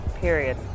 period